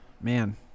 man